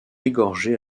égorgé